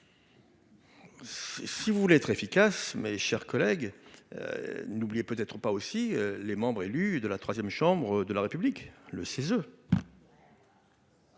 Si vous voulez être efficace mais chers collègues n'oubliez peut être pas aussi les membres élus de la 3ème, chambre de la République, le seize.